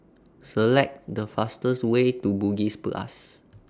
Select The fastest Way to Bugis Plus